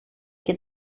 και